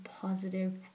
positive